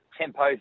tempo